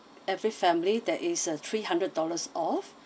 every family there is a three hundred dollars off